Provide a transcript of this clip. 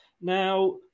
Now